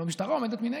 והמשטרה עומדת מנגד.